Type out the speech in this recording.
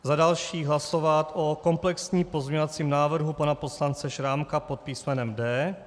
Za další hlasovat o komplexním pozměňovacím návrhu pana poslance Šrámka pod písmenem D.